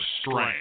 strength